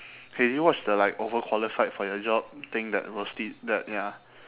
!hey! do you watch the like overqualified for your job thing that was the that ya